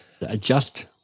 Adjust